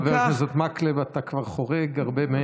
חבר הכנסת מקלב, אתה כבר חורג הרבה מעבר.